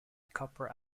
copper